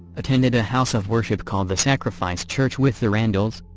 attended a house of worship called the sacrifice church with the randalls.